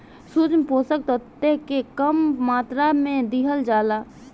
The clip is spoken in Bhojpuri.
सूक्ष्म पोषक तत्व के कम मात्रा में दिहल जाला